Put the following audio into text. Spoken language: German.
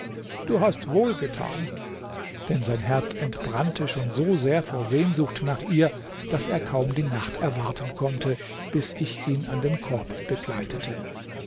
du hast wohl getan denn sein herz entbrannte schon so sehr vor sehnsucht nach ihr daß er kaum die nacht erwarten konnte bis ich ihn an den korb begleitete